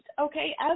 Okay